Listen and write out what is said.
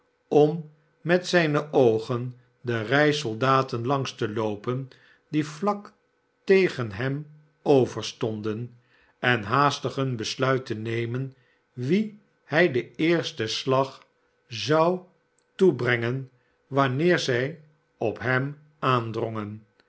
om met zijne oogen de rij soldaten langs te loopen die vlak tegen hem over stonden en haastig een besluit te nemen wien hij den eersten slag zou toebrengen wanneer zij op hem aandrongen